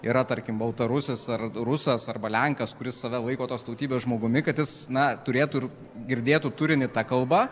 yra tarkim baltarusis ar rusas arba lenkas kuris save laiko tos tautybės žmogumi kad jis na turėtų ir girdėtų turinį ta kalba